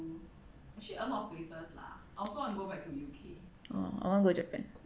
oh I want go japan